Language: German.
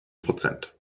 prozent